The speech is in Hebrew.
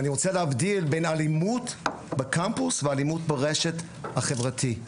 ואני רוצה להבדיל בין אלימות בקמפוס ואלימות ברשת החברתית.